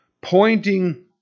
Pointing